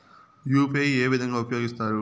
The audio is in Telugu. యు.పి.ఐ ఏ విధంగా ఉపయోగిస్తారు?